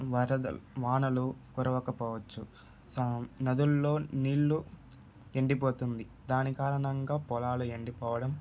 వరద వానలు కురవకపోవచ్చు స నదులలో నీళ్ళు ఎండిపోతుంది దాని కారణంగా పొలాలు ఎండిపోవడం